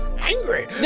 Angry